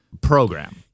program